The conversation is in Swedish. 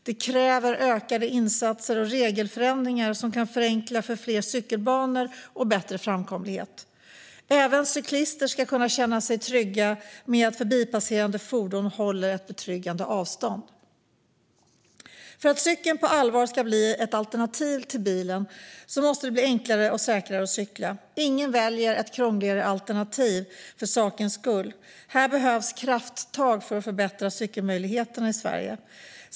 Det kräver ökade insatser och regelförändringar som kan förenkla för fler cykelbanor och bättre framkomlighet. Även cyklister ska kunna känna sig trygga med att förbipasserande fordon håller ett betryggande avstånd. För att cykeln på allvar ska bli ett alternativ till bilen måste det bli enklare och säkrare att cykla. Ingen väljer ett krångligare alternativ för sakens skull, och det behövs krafttag för att förbättra cykelmöjligheterna i Sverige.